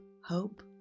Hope